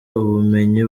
ubumenyi